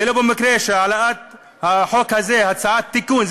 זה לא במקרה שהעלאת הצעת התיקון,